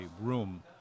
room